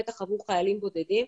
בטח עבור חיילים בודדים,